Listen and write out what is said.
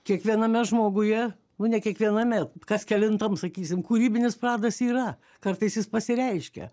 kiekviename žmoguje nu ne kiekviename kas kelintam sakysim kūrybinis pradas yra kartais jis pasireiškia